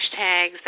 hashtags